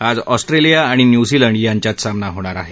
आज ऑस्ट्रेलिया आणि न्यूझीलंड यांच्यात सामना होणार आहे